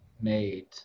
made